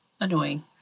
annoying